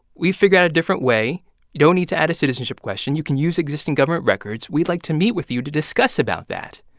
we figured out a different way. you don't need to add a citizenship question. you can use existing government records. we'd like to meet with you to discuss about that.